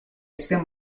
este